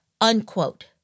unquote